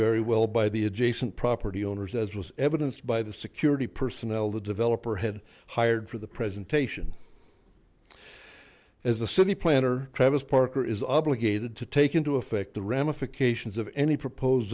very well by the adjacent property owners as was evidenced by the security personnel the developer head hired for the presentation as the city planner travis parker is obligated to take into effect the ramifications of any proposed